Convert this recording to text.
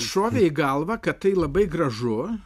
šovė į galvą kad tai labai gražu